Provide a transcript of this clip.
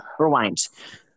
Rewinds